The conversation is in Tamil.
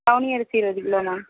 கவுனி அரிசி ரெண்டு கிலோ மேம்